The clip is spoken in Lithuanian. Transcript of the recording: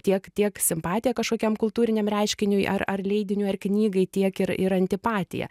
tiek tiek simpatiją kažkokiam kultūriniam reiškiniui ar ar leidiniui ar knygai tiek ir ir antipatiją